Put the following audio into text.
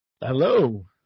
Hello